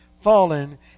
fallen